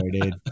dude